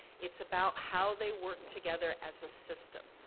it's about how they work together as a system.